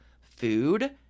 Food